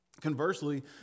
conversely